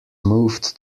moved